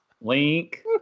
Link